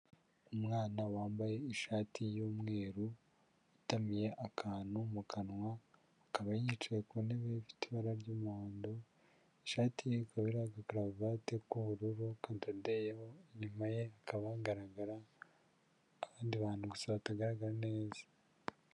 Umwana wambaye ishati y'umweru, utamiye akantu mu kanwa, akaba yicaye ku ntebe ifite ibara ry'umuhondo, ishati ye ikaba iriho agakaravate k'ubururu kadodeyeho, inyuma ye hakaba hagaragara abandi bantu gusa batagaragara neza.